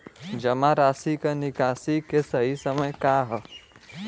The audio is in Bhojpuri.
जमा राशि क निकासी के सही समय का ह?